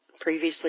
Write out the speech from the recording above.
previously